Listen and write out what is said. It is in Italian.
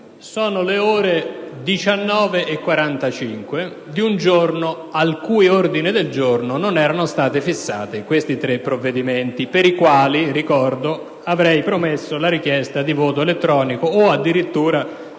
sono le ore 19,45 di una seduta al cui ordine del giorno non erano previsti questi tre provvedimenti, per i quali, ricordo, avrei promesso la richiesta di voto elettronico o addirittura